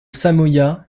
samoyas